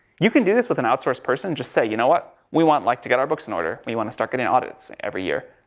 you can do this with an outsourced person. just say, you know what? we want, like to get our books in order. we want to start getting audits every year.